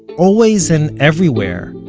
always and everywhere,